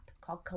called